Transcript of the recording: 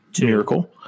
Miracle